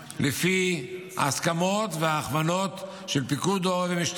לפי ההסכמות וההכוונות של פיקוד העורף ומשטרה,